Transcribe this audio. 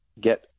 get